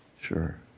Sure